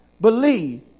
believe